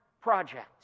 project